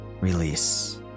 release